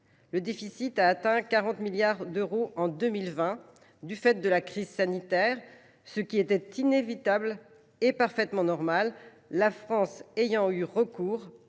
Ce dernier a atteint 40 milliards d’euros en 2020 du fait de la crise sanitaire, ce qui était inévitable et parfaitement normal, puisque la France a connu